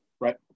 right